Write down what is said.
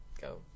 Go